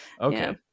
okay